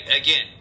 again